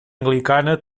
anglicana